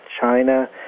China